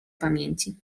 pamięci